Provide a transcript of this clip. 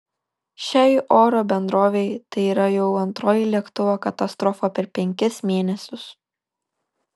šiai oro bendrovei tai yra jau antroji lėktuvo katastrofa per penkis mėnesius